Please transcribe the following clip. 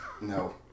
no